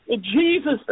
Jesus